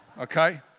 Okay